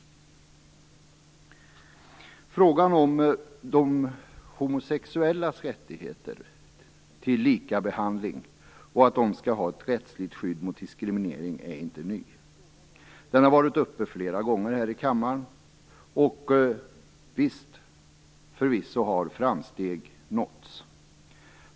Frågan om de homosexuellas rättigheter till lika behandling och rättsligt skydd mot diskriminering är inte ny. Den har varit uppe flera gånger här i kammaren, och förvisso har framsteg nåtts.